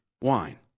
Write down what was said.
wine